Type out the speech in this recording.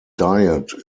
diet